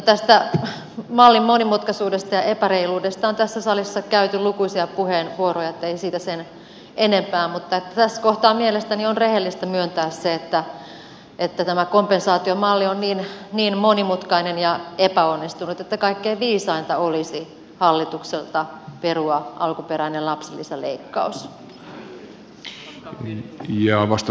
tästä mallin monimutkaisuudesta ja epäreiluudesta on tässä salissa käytetty lukuisia puheenvuoroja joten ei siitä sen enempää mutta tässä kohtaa mielestäni on rehellistä myöntää se että tämä kompensaatiomalli on niin monimutkainen ja epäonnistunut että kaikkein viisainta olisi hallitukselta perua alkuperäinen lapsilisäleikkaus